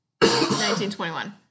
1921